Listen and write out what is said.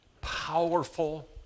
powerful